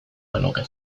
genuke